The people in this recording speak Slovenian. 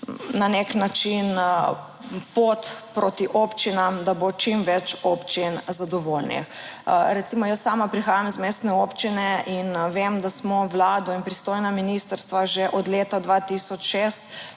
na nek način pot proti občinam, da bo čim več občin zadovoljnih. Recimo jaz sama prihajam iz mestne občine in vem, da smo vlado in pristojna ministrstva že od leta 2006